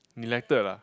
elected ah